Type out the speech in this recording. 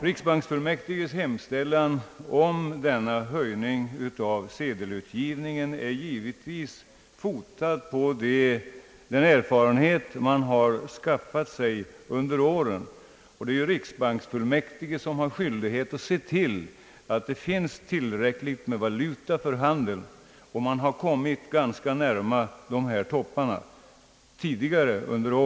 Riksbanksfullmäktiges hemställan om denna höjning av sedelutgivningen är givetvis fotad på den erfarenhet man har skaffat sig under året. Det är ju riksbanksfullmäktige som har skyldighet att se till att det finns tillräckligt med valuta inom handeln, och man har kommit ganska nära maximibeloppen under tidigare år.